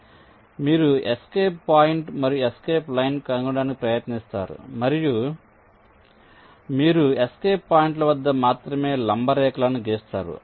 కాబట్టి మీరు escape point మరియు ఎస్కేప్ లైన్ కనుగొనడానికి ప్రయత్నిస్తారు మరియు మీరు ఎస్కేప్ పాయింట్ల వద్ద మాత్రమే లంబ రేఖలను గీస్తారు